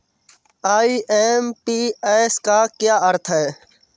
IMPS का क्या अर्थ है?